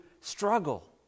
struggle